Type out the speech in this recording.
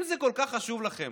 אם זה כל כך חשוב לכם,